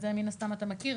את זה מן הסתם אתה מכיר,